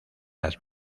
las